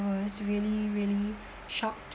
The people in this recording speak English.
was really really shocked